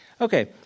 Okay